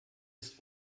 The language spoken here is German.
ist